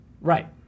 Right